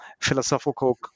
philosophical